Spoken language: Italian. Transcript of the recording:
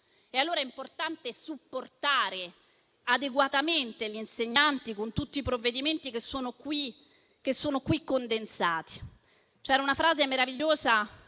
contatto. È importante supportare adeguatamente gli insegnanti con tutti i provvedimenti che sono qui condensati. C'è una frase meravigliosa